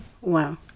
Wow